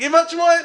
גבעת שמואל.